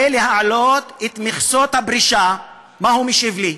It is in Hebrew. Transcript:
להעלות את מכסות הפרישה, מה הוא משיב לי?